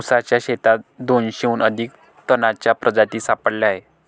ऊसाच्या शेतात दोनशेहून अधिक तणांच्या प्रजाती सापडल्या आहेत